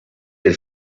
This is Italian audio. del